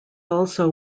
also